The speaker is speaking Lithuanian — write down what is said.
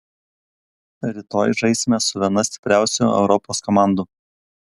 rytoj žaisime su viena stipriausių europos komandų